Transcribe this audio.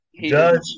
Judge